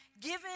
given